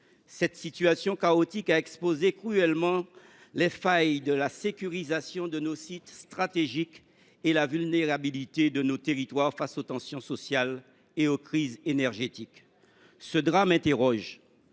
Cette situation chaotique a cruellement exposé des failles dans la sécurisation de nos sites stratégiques et la vulnérabilité de nos territoires face aux tensions sociales et aux crises énergétiques. Ce drame interroge